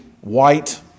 white